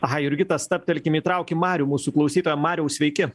aha jurgita stabtelkim įtraukim marių mūsų klausytoją mariau sveiki